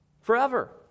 Forever